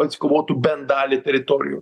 atsikovotų bent dalį teritorijų